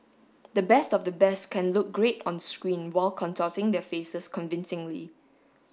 the best of the best can look great on screen while contorting their faces convincingly